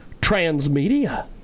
Transmedia